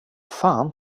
fan